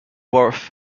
worth